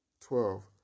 Twelve